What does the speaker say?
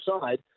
side